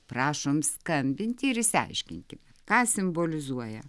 prašom skambinti ir išsiaiškinkim ką simbolizuoja